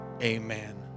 Amen